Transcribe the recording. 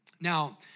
Now